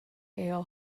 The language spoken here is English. ale